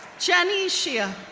jenny xie, ah